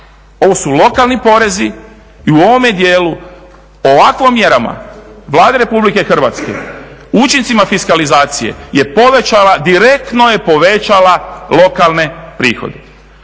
Ovo su lokalni porezi i u ovome dijelu ovakvim mjerama Vlade Republike Hrvatske, učincima fiskalizacije je povećala, direktno je povećala lokalne prihode.